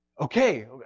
Okay